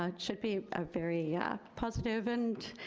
ah should be a very positive and